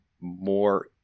more